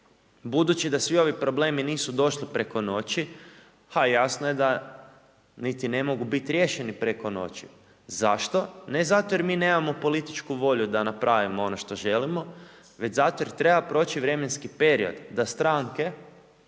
Budući da svi ovi problemi nisu došli preko noći, a jasno je da niti ne mogu biti riješeni preko noći. Zašto? Ne zato jer mi nemamo političku volju da napravimo ono što želimo, već zato jer treba proći vremenski period da stranke